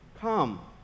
Come